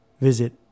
visit